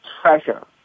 treasure